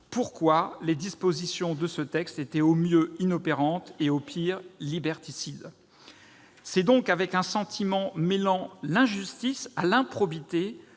pourquoi les dispositions de ce texte étaient au mieux inopérantes, au pire liberticides. C'est donc avec un sentiment mêlant l'injustice à l'improbité